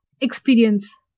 experience